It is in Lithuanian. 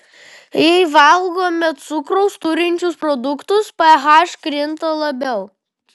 jei valgome cukraus turinčius produktus ph krinta labiau